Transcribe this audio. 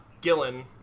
Gillen